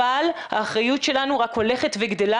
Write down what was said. אבל האחריות שלנו רק הולכת וגדלה